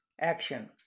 action